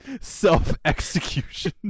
Self-execution